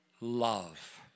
love